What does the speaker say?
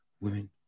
women